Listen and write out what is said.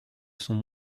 sont